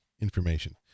information